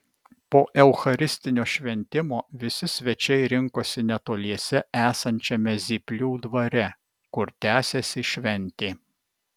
po eucharistinio šventimo visi svečiai rinkosi netoliese esančiame zyplių dvare kur tęsėsi šventė